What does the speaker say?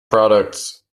products